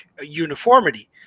uniformity